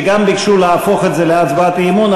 שגם ביקשו להפוך את זה להצבעת אי-אמון,